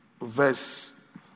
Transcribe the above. verse